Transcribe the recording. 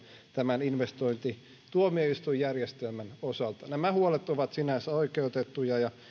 tämän investointituomioistuinjärjestelmän osalta nämä huolet ovat sinänsä oikeutettuja ja